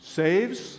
saves